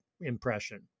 impression